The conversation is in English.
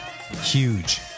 huge